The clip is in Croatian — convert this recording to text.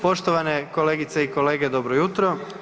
Poštovane kolegice i kolege, dobro jutro.